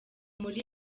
muri